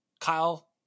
Kyle